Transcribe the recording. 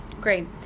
Great